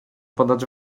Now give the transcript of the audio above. podać